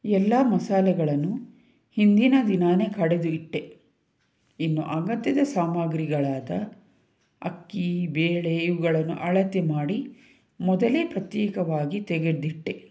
ಎಲ್ಲ ಮಸಾಲೆಗಳನ್ನು ಹಿಂದಿನ ದಿನವೇ ಕಡೆದು ಇಟ್ಟೆ ಇನ್ನು ಅಗತ್ಯದ ಸಾಮಗ್ರಿಗಳಾದ ಅಕ್ಕಿ ಬೇಳೆ ಇವುಗಳನ್ನು ಅಳತೆ ಮಾಡಿ ಮೊದಲೇ ಪ್ರತ್ಯೇಕವಾಗಿ ತೆಗೆದಿಟ್ಟೆ